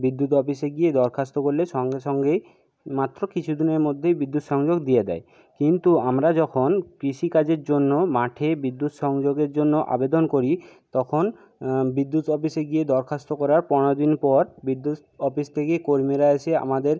বিদ্যুৎ অফিসে গিয়ে দরখাস্ত করলে সঙ্গে সঙ্গেই মাত্র কিছু দিনের মধ্যেই বিদ্যুৎ সংযোগ দিয়ে দেয় কিন্তু আমরা যখন কৃষিকাজের জন্য মাঠে বিদ্যুৎ সংযোগের জন্য আবেদন করি তখন বিদ্যুৎ অফিসে গিয়ে দরখাস্ত করার পনেরো দিন পর বিদ্যুৎ অফিস থেকে কর্মীরা এসে আমাদের